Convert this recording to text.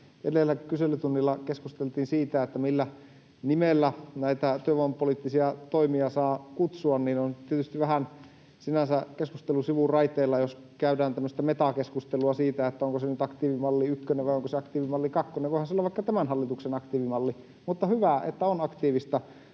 edellä kyselytunnilla keskusteltiin siitä, millä nimellä näitä työvoimapoliittisia toimia saa kutsua, ja on tietysti keskustelu sinänsä vähän sivuraiteilla, jos käydään tämmöistä metakeskustelua siitä, onko se nyt aktiivimalli ykkönen vai onko se aktiivimalli kakkonen. Voihan se olla vaikka tämän hallituksen aktiivimalli, mutta on hyvä, että on aktiivista